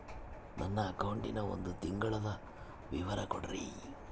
ನನ್ನ ಅಕೌಂಟಿನ ಒಂದು ತಿಂಗಳದ ವಿವರ ಕೊಡ್ರಿ?